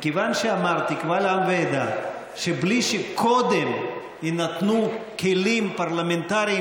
מכיוון שאמרתי קבל עם ועדה שבלי שקודם יינתנו כלים פרלמנטריים